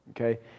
Okay